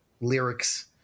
lyrics